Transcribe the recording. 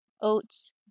oats